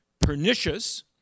pernicious